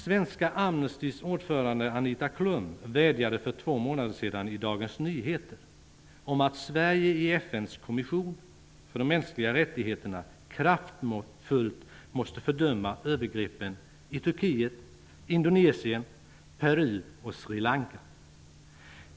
Svenska Amnestys ordförande Anita Klum vädjade för två månader sedan i Dagens Nyheter om att Sverige i FN:s kommission för de mänskliga rättigheterna kraftfullt måste fördöma övergreppen i Turkiet, Indonesien, Peru och Sri Lanka.